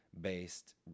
based